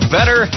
Better